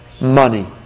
money